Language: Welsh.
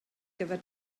gyfer